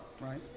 Right